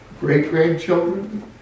great-grandchildren